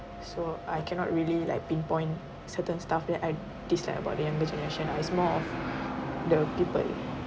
so I cannot really like pinpoint certain stuff that I dislike about the the younger generation it's more of the people